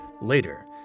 Later